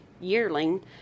yearling